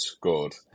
good